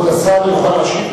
גם פה אני רוצה לתקן אותך.